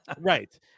Right